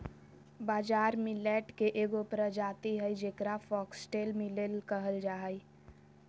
बाजरा मिलेट के एगो प्रजाति हइ जेकरा फॉक्सटेल मिलेट कहल जा हइ